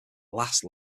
last